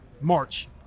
March